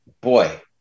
boy